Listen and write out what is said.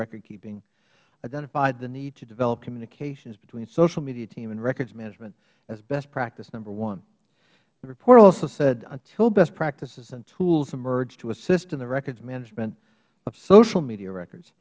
recordkeeping identified the need to develop communications between social media team and records management as best practice number one the report also said until best practices and tools emerge to assist in the records management of social media records